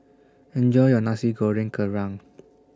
Enjoy your Nasi Goreng Kerang